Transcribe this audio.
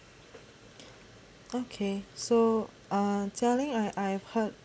okay so uh Jia-Ling I I've heard